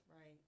Right